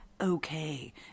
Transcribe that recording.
okay